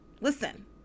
Listen